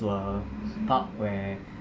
to a hut where